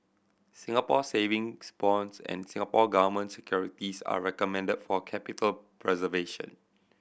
Singapore Savings Bonds and Singapore Government Securities are recommended for capital preservation